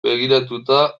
begiratuta